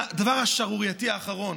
והדבר השערורייתי האחרון,